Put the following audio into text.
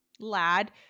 Lad